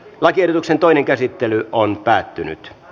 lakiehdotuksen toinen käsittely päättyi